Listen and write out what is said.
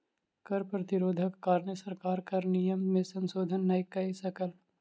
कर प्रतिरोधक कारणेँ सरकार कर नियम में संशोधन नै कय सकल